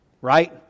right